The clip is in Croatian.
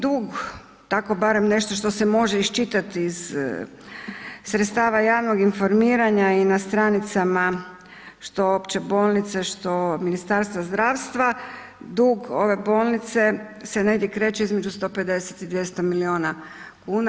Sadašnji dug tako barem nešto što se može iščitati iz sredstava javnog informiranja i na stranicama što opće bolnice, što Ministarstva zdravstva dug ove bolnice se negdje kreće između 150 i 200 milijuna kuna.